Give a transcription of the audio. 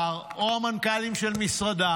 אני מבקש את תשומת ליבך,